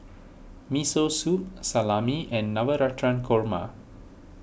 Miso Soup Salami and Navratan Korma